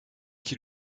qui